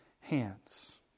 hands